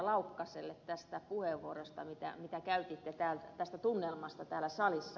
laukkaselle tästä puheenvuorosta minkä käytitte tunnelmasta täällä salissa